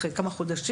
אחרי כמה חודשים,